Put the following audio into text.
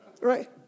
Right